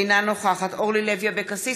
אינה נוכחת אורלי לוי אבקסיס,